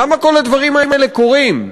למה כל הדברים האלה קורים?